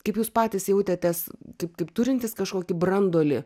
kaip jūs patys jautėtės taip kaip turintys kažkokį branduolį